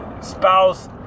spouse